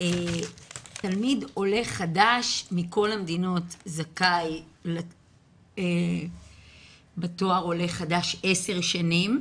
תלמיד עולה חדש מכל המדינות זכאי בתואר עולה חדש עשר שנים.